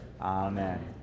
Amen